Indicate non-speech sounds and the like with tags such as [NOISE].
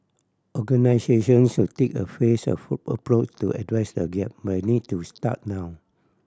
organisations should take a phased [UNINTELLIGIBLE] approach to address the gap but they need to start now